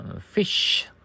fish